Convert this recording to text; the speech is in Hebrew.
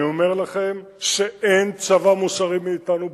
אני אומר לכם שאין צבא מוסרי מאתנו בעולם.